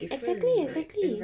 exactly exactly